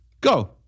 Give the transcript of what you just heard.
go